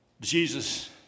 Jesus